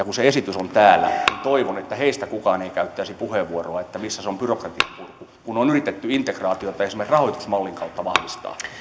kun se esitys on täällä toivon että niistä edustajista jotka kannattavat byrokratianpurkua kukaan ei käyttäisi puheenvuoroa että missäs on byrokratianpurku kun on yritetty integraatiota esimerkiksi rahoitusmallin kautta vahvistaa